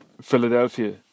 Philadelphia